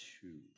two